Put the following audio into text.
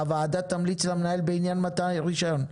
הוועדה תמליץ למנהל מתי רישיון.."